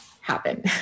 happen